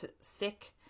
sick